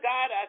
God